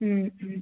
ഉം ഉം